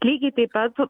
lygiai taip pat